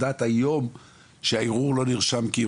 האם את יודעת היום שהערעור לא נרשם כערעור.